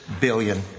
billion